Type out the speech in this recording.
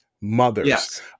mothers